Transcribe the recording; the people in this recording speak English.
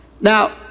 Now